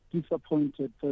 disappointed